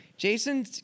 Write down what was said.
Jason